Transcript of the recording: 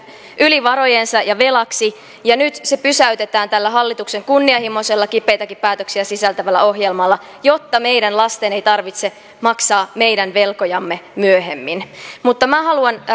yli varojensa ja velaksi ja nyt se pysäytetään tällä hallituksen kunnianhimoisella kipeitäkin päätöksiä sisältävällä ohjelmalla jotta lastemme ei tarvitse maksaa meidän velkojamme myöhemmin mutta minä haluan